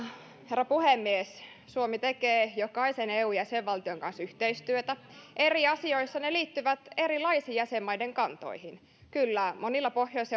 herra puhemies suomi tekee jokaisen eu jäsenvaltion kanssa yhteistyötä eri asioissa ne liittyvät erilaisiin jäsenmaiden kantoihin kyllä monilla pohjois